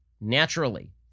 naturally